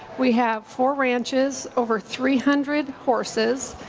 we have four ranches, over three hundred horses.